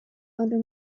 under